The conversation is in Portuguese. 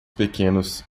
pequenos